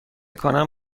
کنم